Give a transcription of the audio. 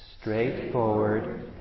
straightforward